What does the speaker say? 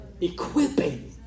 equipping